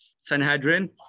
Sanhedrin